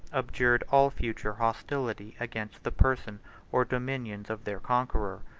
abjured all future hostility against the person or dominions of their conqueror.